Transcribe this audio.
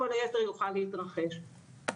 אני עוד לא התחלתי לדבר על הנושא של משפחה,